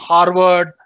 Harvard